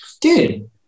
dude